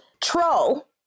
Troll